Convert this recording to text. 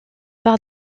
par